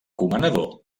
comanador